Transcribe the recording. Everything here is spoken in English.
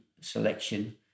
selection